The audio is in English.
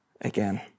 again